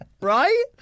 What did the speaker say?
right